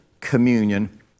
communion